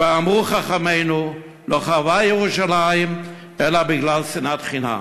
כבר אמרו חכמינו: לא חרבה ירושלים אלא בגלל שנאת חינם.